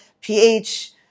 pH